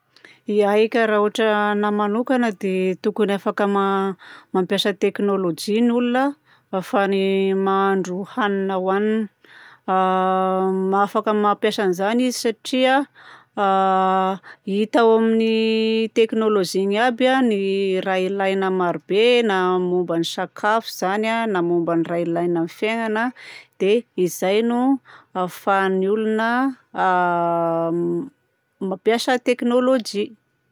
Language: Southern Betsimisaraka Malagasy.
Ia eka raha ohatra anahy manokana dia tokony afaka ma- mampiasa teknolojia ny olona ahafahany mahandro hanina ohanina. A afaka mampiasa an'izany izy satria a hita ao amin'ny teknolojia igny aby a ny raha ilaina marobe na momba ny sakafo izany na momba ny raha ilaina amin'ny fiainana. Dia izay no a ahafahan'ny olona mampiasa tekonolojia.